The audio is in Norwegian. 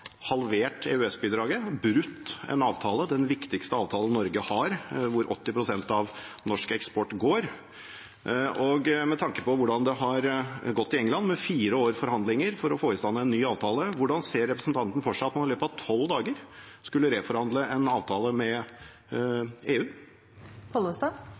halvert EØS-bidraget, brutt en avtale, den viktigste avtalen Norge har, hvor 80 pst. av norsk eksport går. Med tanke på hvordan det har gått i England, fire år med forhandlinger for å få i stand en ny avtale, hvordan ser representanten for seg at man i løpet av tolv dager skulle reforhandle en avtale med